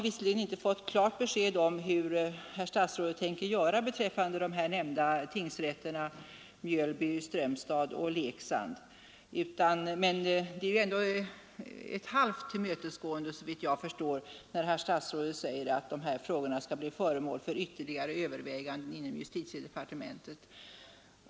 Visserligen har vi inte fått klart besked om hur statsrådet tänker göra med de nämnda tingsrätterna i Mjölby, Strömstad och Leksand, men såvitt jag förstår är det ändå ett halvt tillmötesgående, när herr statsrådet säger att dessa frågor skall bli föremål för ytterligare överväganden inom justitiedepartementet.